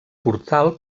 portal